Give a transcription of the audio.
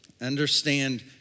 Understand